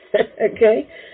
okay